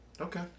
Okay